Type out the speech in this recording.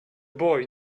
boy